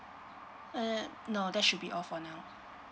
uh no that should be all for now